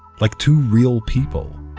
like two real people.